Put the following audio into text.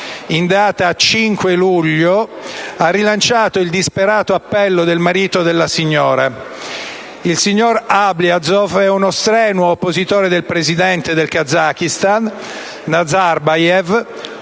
in data 5 luglio, ha rilanciato il disperato appello del marito della signora. Il signor Mukhtar Ablyazov è uno strenuo oppositore del presidente del Kazakistan Nazarbayev,